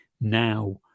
now